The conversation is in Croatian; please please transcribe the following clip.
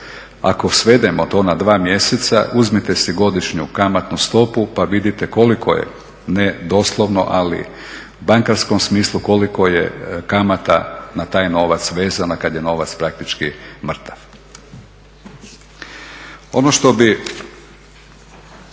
ako svedemo to na 2 mjeseca, uzmite si godišnju kamatnu stopu pa vidite koliko je ne doslovno ali u bankarskom smislu koliko je kamata na taj novac vezano kada je novac praktički mrtav.